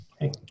Hey